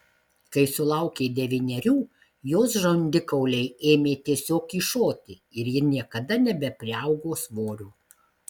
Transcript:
kai sulaukė devynerių jos žandikauliai ėmė tiesiog kyšoti ir ji niekada nebepriaugo svorio